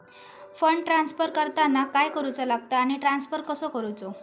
Fund transfer करताना काय करुचा लगता आनी ट्रान्स्फर कसो करूचो?